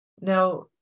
Now